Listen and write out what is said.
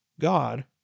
God